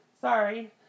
sorry